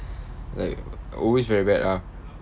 like always very bad ah